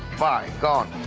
by god!